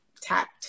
tapped